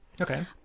Okay